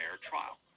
trial